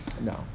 No